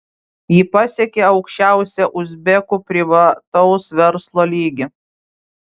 ji pasiekė aukščiausią uzbekų privataus verslo lygį